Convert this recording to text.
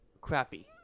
crappy